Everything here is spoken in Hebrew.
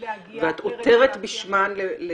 מטרתנו להגיע לרגולציה --- ואת עותרת בשמן לבג"צ,